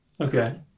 Okay